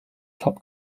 top